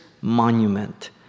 monument